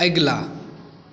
अगिला